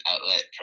outlet